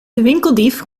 winkeldief